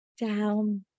down